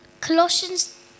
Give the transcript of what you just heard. Colossians